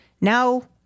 Now